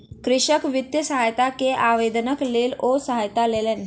कृषक वित्तीय सहायता के आवेदनक लेल ओ सहायता लेलैन